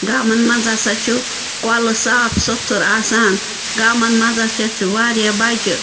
گامَن مَنٛز ہَسا چھُ کۄلہٕ صاف سُتھُر آسان گامَن مَنٛز ہَسا چھِ واریاہ بَچہِ